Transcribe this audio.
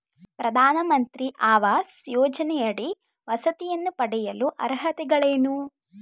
ಪ್ರಧಾನಮಂತ್ರಿ ಆವಾಸ್ ಯೋಜನೆಯಡಿ ವಸತಿಯನ್ನು ಪಡೆಯಲು ಅರ್ಹತೆಗಳೇನು?